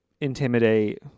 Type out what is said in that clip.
intimidate